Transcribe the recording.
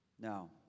Now